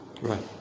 Right